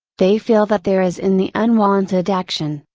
they feel that there is in the unwonted action,